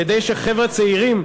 כדי שחבר'ה צעירים,